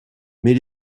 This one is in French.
mais